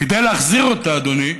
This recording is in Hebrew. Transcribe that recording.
כדי להחזיר אותה, אדוני,